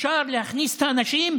כדאי לשמוע את הנתונים,